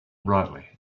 brightly